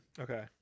Okay